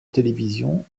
télévision